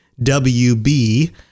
WB